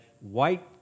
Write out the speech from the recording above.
white